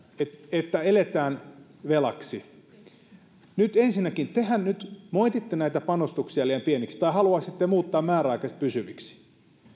että eletään velaksi nyt ensinnäkin tehän nyt moititte näitä panostuksia liian pieniksi tai haluaisitte muuttaa määräaikaiset pysyviksi